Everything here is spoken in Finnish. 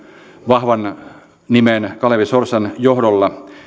vahvan nimen kalevi sorsan johdolla